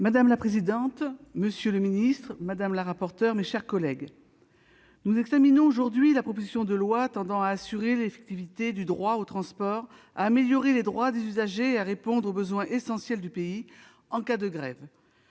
Madame la présidente, monsieur le secrétaire d'État, mes chers collègues, nous examinons aujourd'hui la proposition de loi tendant à assurer l'effectivité du droit au transport, à améliorer les droits des usagers et à répondre aux besoins essentiels du pays en cas de grève.